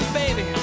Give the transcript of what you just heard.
baby